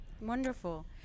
Wonderful